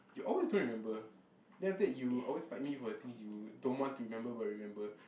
you always don't remember then after that you always fight me for the things you don't want to remember but remember